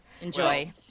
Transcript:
Enjoy